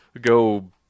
go